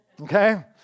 Okay